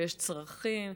ויש צרכים,